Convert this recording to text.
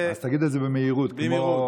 אז תגיד את זה במהירות, כמו, במהירות.